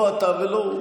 לא אתה ולא הוא.